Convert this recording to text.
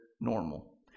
normal